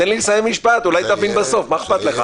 תן לי לסיים משפט, אולי תבין בסוף, מה אכפת לך?